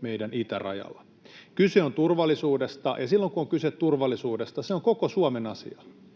meidän itärajallamme. Kyse on turvallisuudesta, ja silloin kun on kyse turvallisuudesta, se on koko Suomen asia,